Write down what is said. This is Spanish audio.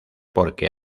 porque